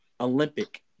Olympic